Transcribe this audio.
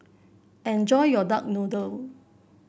enjoy your Duck Noodle